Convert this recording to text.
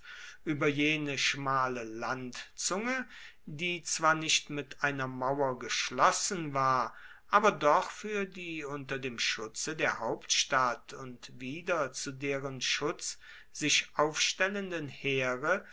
über jene schmale landzunge die zwar nicht mit einer mauer geschlossen war aber doch für die unter dem schutze der hauptstadt und wieder zu deren schutz sich aufstellenden heere